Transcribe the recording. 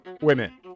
Women